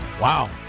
Wow